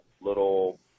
little